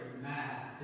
mad